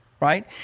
right